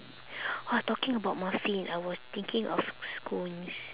!wah! talking about muffin I was thinking of scones